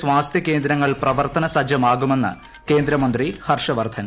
സ്വാസ്ഥ്യകേന്ദ്രങ്ങൾ പ്ലൂവ്ർത്തന സജ്ജമാകുമെന്ന് കേന്ദ്രമന്ത്രി ഹർഷ്വർദ്ധൻ